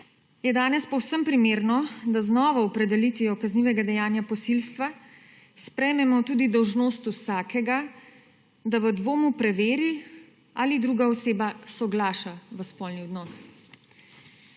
je danes povsem primerno, da z novo opredelitvijo kaznivega dejanja posilstva sprejmemo tudi dolžnost vsakega, da v dvomu preveri ali druga oseba soglaša v spolni odnos.